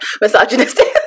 misogynistic